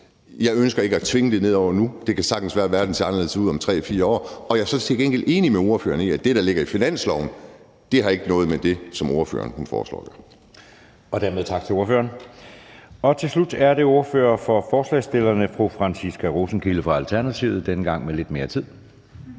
Jeg ønsker ikke at tvinge det ned over nogen nu. Det kan sagtens være, at verden ser anderledes ud om 3 eller 4 år. Jeg er så til gengæld enig med ordføreren for forslagsstillerne i, at det, der ligger i finansloven, ikke har noget at gøre med det, som ordføreren foreslår. Kl. 20:01 Anden næstformand (Jeppe Søe): Dermed tak til ordføreren. Til slut er det ordfører for forslagsstillerne fru Franciska Rosenkilde fra Alternativet – denne gang med lidt mere tid.